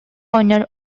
оҕонньор